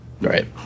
Right